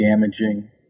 damaging